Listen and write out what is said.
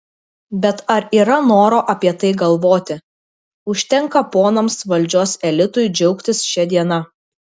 bet ar yra noro apie tai galvoti užtenka ponams valdžios elitui džiaugtis šia diena